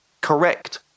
correct